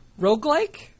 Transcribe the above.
Roguelike